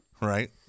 right